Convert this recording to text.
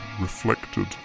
reflected